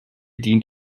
dient